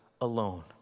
alone